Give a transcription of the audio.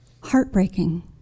heartbreaking